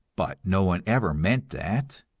but no one ever meant that.